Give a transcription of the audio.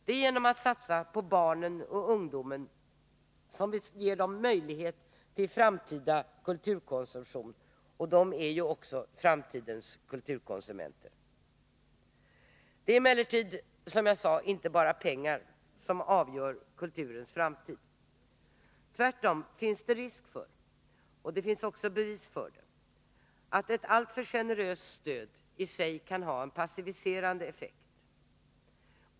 Det är genom att satsa på barnen och ungdomarna som vi ger dem möjlighet till framtida kulturkonsumtion. De är också framtidens kulturkonsumenter. Det är dock, som jag sade, inte bara pengar som avgör kulturens framtid. Tvärtom finns det risk för — och bevis för - att ett alltför generöst stöd i sig kan ha en passiverande effekt.